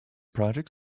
project